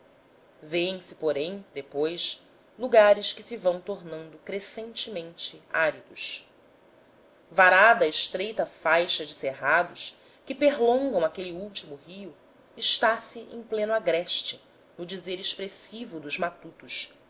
vêem-se porém depois lugares que se vão tornando crescentemente áridos varada a estreita faixa de cerrados que perlongam aquele último rio está-se em pleno agreste no dizer expressivo dos matutos